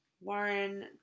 Warren